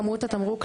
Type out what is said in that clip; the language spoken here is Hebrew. כמות התמרוק,